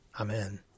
Amen